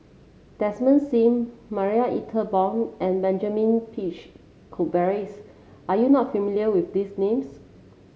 Desmond Sim Marie Ethel Bong and Benjamin Peach Keasberry are you not familiar with these names